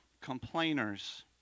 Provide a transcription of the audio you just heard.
complainers